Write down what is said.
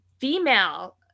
female